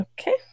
Okay